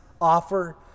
offer